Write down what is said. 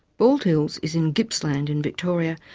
bald hills is in gippsland in victoria,